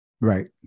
right